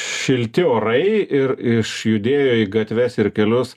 šilti orai ir išjudėjo į gatves ir kelius